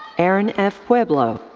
erin f. pueblo.